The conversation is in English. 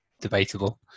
debatable